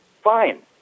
fine